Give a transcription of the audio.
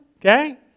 okay